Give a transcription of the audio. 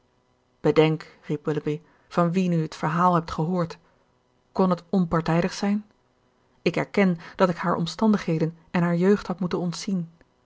bedenk riep willoughby van wien u het verhaal hebt gehoord kon het onpartijdig zijn ik erken dat ik haar omstandigheden en haar jeugd had moeten ontzien